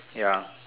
ya